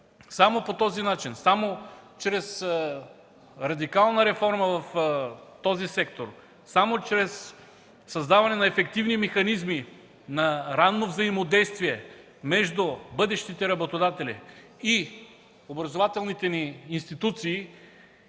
Само по този начин, само чрез радикална реформа в този сектор, само чрез създаване на ефективни механизми на ранно взаимодействие между бъдещите работодатели и образователните ни институции,